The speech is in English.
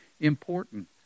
important